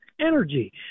Energy